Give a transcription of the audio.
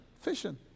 Fishing